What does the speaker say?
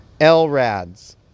LRADS